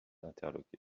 interloqué